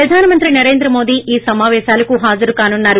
ప్రధాన మంత్రి నరేంద్ర మోదీ ఈ సమాపేశలకు హాజరుకానున్నారు